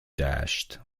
dashed